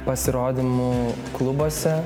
pasirodymų klubuose